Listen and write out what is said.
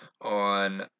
on